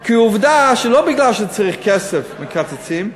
כי עובדה שלא מכיוון שצריך כסף מקצצים,